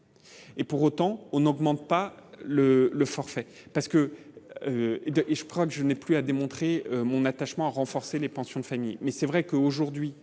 et pour autant on n'augmente pas le le forfait parce que je crois que je n'ai plus à démontrer mon attachement à renforcer les pensions de famille mais c'est vrai que, aujourd'hui,